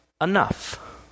enough